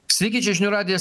sveiki čia žinių radijas